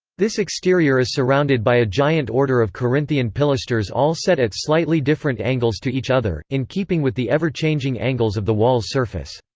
this exterior is surrounded by a giant order of corinthian pilasters all set at slightly different angles to each other, in keeping with the ever-changing angles of the wall's surface.